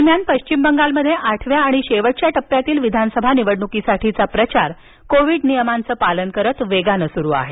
दरम्यान पश्चिमबंगाल मध्ये आठव्या आणि शेवटच्या टप्प्यातील विधानसभा निवडणुकीसाठीचा प्रचार कोविड नियमांच पालन करत वेगानं सुरू आहे